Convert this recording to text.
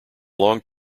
long